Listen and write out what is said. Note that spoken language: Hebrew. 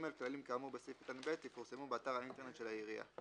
(ג)כללים כאמור בסעיף קטן (ב) יפורסמו באתר האינטרנט של העיריה.